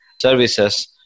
services